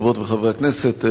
חברות וחברי הכנסת,